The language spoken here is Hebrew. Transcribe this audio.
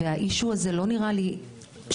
והאישיו הזה לא נראה לי שבא,